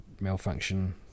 malfunction